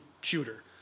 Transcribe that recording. shooter